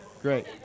great